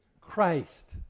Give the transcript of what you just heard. Christ